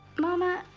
mama,